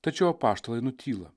tačiau apaštalai nutyla